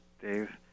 Dave